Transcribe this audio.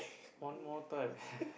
one more time